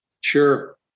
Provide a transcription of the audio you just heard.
Sure